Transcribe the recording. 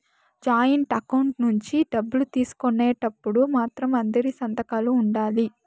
joint account నుంచి డబ్బులు తీసుకునేటప్పుడు మాత్రం అందరి సంతకాలు ఉండాలి